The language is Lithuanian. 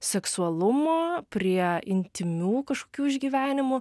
seksualumo prie intymių kažkokių išgyvenimų